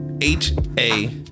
H-A-